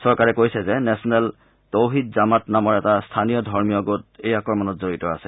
চৰকাৰে কৈছে যে নেচনেল তৌহিদ জামাত নামৰ এটা স্থানীয় ধৰ্মীয় গোটে এই আক্ৰমণত জড়িত আছে